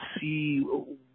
see